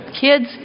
Kids